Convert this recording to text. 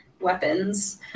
weapons